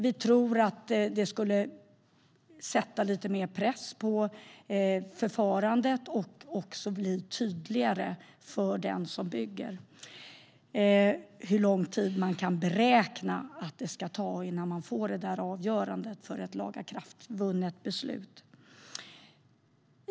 Vi tror att det skulle sätta lite mer press på förfarandet och också göra det tydligare för den som bygger när det gäller hur lång man tid man kan beräkna att det tar innan man får ett avgörande för ett lagakraftvunnet beslut.